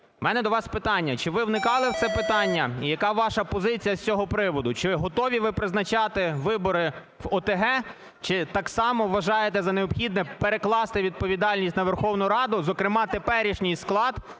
У мене до вас питання. Чи ви вникали у це питання і яка ваша позиція з цього приводу? Чи ви готові призначати вибори в ОТГ, чи так само вважаєте за необхідне перекласти відповідальність на Верховну Раду? Зокрема теперішній склад